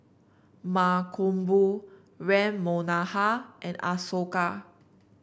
Mankombu Ram Manohar and Ashoka